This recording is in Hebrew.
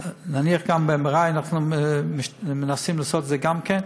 נניח גם ב-MRI, אנחנו מנסים לעשות את זה גם כן,